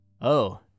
Oh